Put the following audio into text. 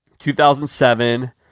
2007